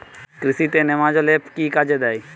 কৃষি তে নেমাজল এফ কি কাজে দেয়?